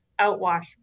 outwash